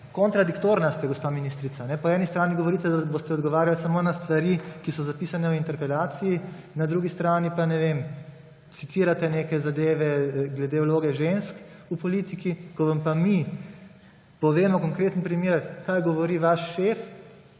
kontradiktorni ste, gospa ministrica. Po eni strani govorite, da boste odgovarjali samo na stvari, ki so zapisane v interpelaciji, na drugi strani pa citirate neke zadeve glede vloge žensk v politiki, ko vam pa mi povemo konkretnem primer, kaj govori vaš šef,